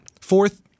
Fourth